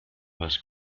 was